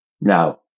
now